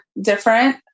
different